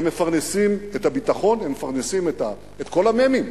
הם מפרנסים את הביטחון, הם מפרנסים את כל המ"מים.